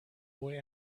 boy